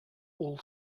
all